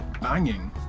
banging